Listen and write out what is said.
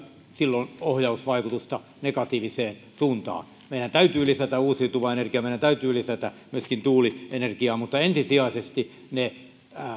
silloin ohjausvaikutusta negatiiviseen suuntaan meidän täytyy lisätä uusiutuvaa energiaa meidän täytyy lisätä myöskin tuulienergiaa mutta ensisijaisesti niiden